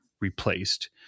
replaced